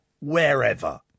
wherever